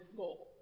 goal